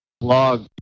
blog